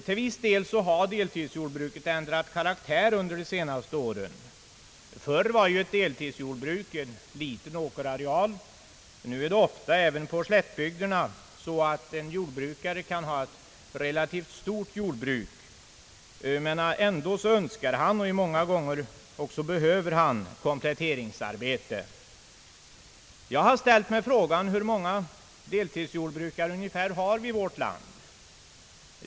Till viss del har deltidsjordbruket ändrat karaktär under de senaste åren. Förr bestod ju ett deltidsjordbruk av en liten åkerareal. Nu är det ofta även i slättbygderna så att en jordbrukare kan driva ett relativt stort jordbruk men ändå önskar och många gånger behöver också kompletteringsarbete. Jag har ställt mig frågan: Hur många deltidsjordbrukare har vi ungefär i vårt land?